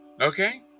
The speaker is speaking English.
Okay